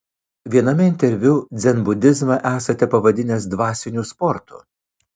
viename interviu dzenbudizmą esate pavadinęs dvasiniu sportu